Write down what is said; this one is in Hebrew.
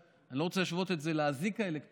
אני לא רוצה להשוות את זה לאזיק האלקטרוני,